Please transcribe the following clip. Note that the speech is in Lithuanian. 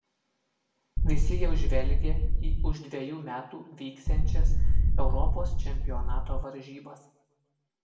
visi jau žvelgia į už dvejų metų vyksiančias europos čempionato varžybas